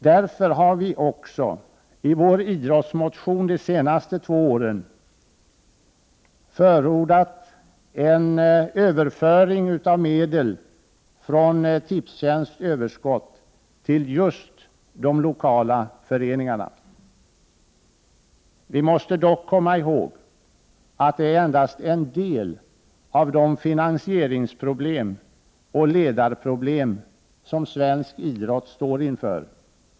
Därför har vi också i vår idrottsmotion de senaste två åren förordat en överföring av medel från Tipstjänsts överskott till just de lokala föreningarna. Vi måste dock komma ihåg att det här gäller endast en del av de finansieringsproblem och ledarproblem som svensk idrott står inför.